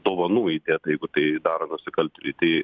dovanų įdėta jeigu tai daro nusikaltėliai tai